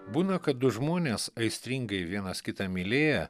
būna kad du žmonės aistringai vienas kitą mylėję